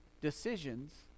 decisions